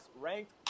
ranked